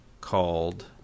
Called